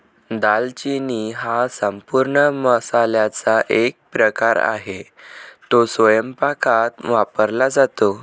दालचिनी हा संपूर्ण मसाल्याचा एक प्रकार आहे, तो स्वयंपाकात वापरला जातो